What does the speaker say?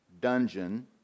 dungeon